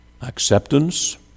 acceptance